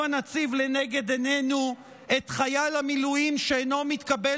הבה נציב לנגד עינינו את חייל המילואים שאינו מתקבל